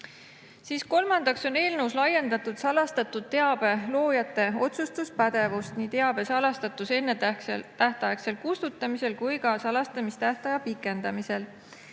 Kolmandaks on eelnõus laiendatud salastatud teabe loojate otsustuspädevust nii teabe salastatuse ennetähtaegsel kustutamisel kui ka salastamistähtaja pikendamisel.